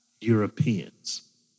Europeans